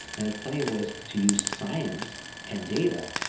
and there's plenty of ways to use science and data,